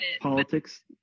politics